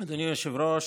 אדוני היושב-ראש,